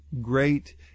great